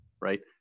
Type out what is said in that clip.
right